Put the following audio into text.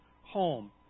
home